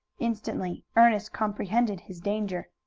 instantly ernest comprehended his danger.